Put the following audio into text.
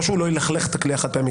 לא שהוא לא ילכלך את הכלי החד פעמי.